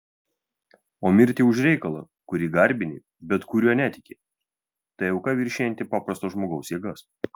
o mirti už reikalą kurį garbini bet kuriuo netiki tai auka viršijanti paprasto žmogaus jėgas